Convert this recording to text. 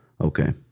Okay